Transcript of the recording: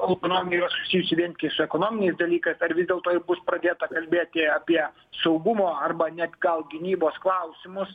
autonomija susijusi vien ti su ekonominiais dalykas ar vis dėlto ir bus pradėta kalbėti apie saugumo arba net gal gynybos klausimus